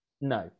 No